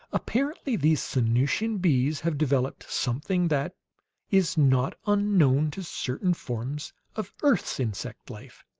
apparently these sanusian bees have developed something that is not unknown to certain forms of earth's insect life.